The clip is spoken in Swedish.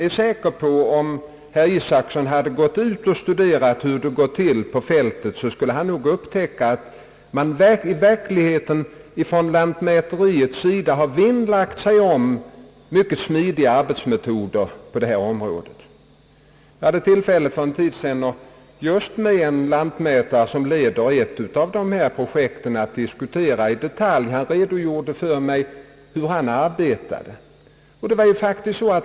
Om herr Isacson hade studerat hur det går till på fältet, skulle han nog ha upptäckt att lantmäteriet har vinnlagt sig om mycket smidiga arbetsmetoder på detta område. För en tid sedan hade jag tillfälle att i detalj diskutera problemen med en lantmätare som leder ett av de här projekten. Han beskrev för mig hur han arbetar.